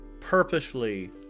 purposefully